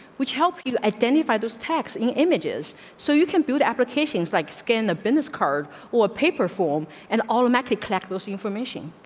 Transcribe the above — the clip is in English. which help you identify those tax images so you can build applications like skin, the business card or paper form and all of my click clack close information.